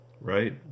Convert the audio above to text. right